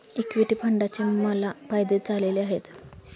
equity फंडाचे मला फायदेच झालेले आहेत